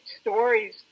stories